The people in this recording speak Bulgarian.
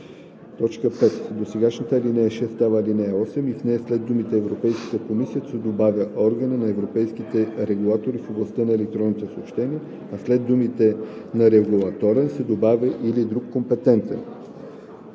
2“. 5. Досегашната ал. 6 става ал. 8 и в нея след думите „Европейската комисия“ се добавя „Органа на европейските регулатори в областта на електронните съобщения“, а след думите „на регулаторен“ се добавя „или друг компетентен“.